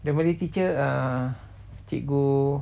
the malay teacher ah cikgu